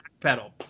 backpedal